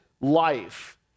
life